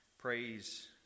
praise